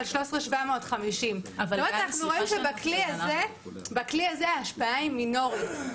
על 13,750. זאת אומרת אנחנו רואים שבכלי הזה ההשפעה היא מינורית.